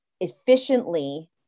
efficiently